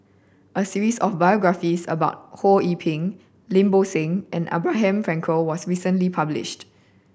a series of biographies about Ho Yee Ping Lim Bo Seng and Abraham Frankel was recently published